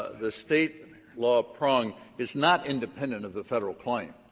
the state law prong is not independent of the federal claim.